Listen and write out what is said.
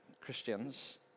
Christians